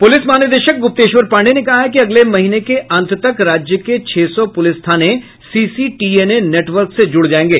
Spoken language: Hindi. पुलिस महानिदेशक गुप्तेश्वर पांडेय ने कहा है कि अगले महीने के अंत तक राज्य के छह सौ पुलिस थाने सीसीटीएनए नेटवर्क से जुड़ जायेंगे